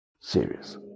serious